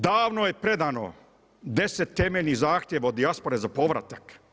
Davno je predano 10 temeljnih zahtjeva od dijaspore za povratak.